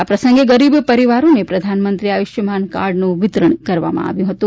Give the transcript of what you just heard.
આ પ્રસંગે ગરીબ પરિવારોને પ્રધાનમંત્રી આયુષ્યમાન કાર્ડનુ વિતરણ કરવામાં આવ્યું હતું